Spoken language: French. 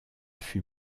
fut